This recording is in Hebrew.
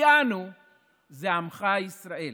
כי אנו זה עמך ישראל,